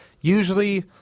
usually